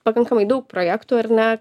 pakankamai daug projektų ar ne